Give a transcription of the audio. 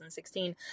2016